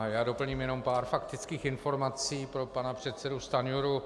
Já doplním jenom pár faktických informací pro pana předsedu Stanjuru.